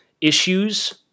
issues